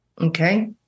Okay